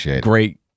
great